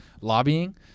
lobbying